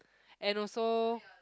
and also